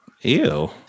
Ew